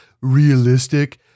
realistic